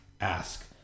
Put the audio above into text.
ask